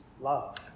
love